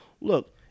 look